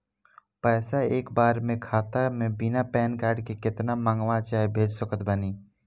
पैसा एक बार मे आना खाता मे बिना पैन कार्ड के केतना मँगवा चाहे भेज सकत बानी?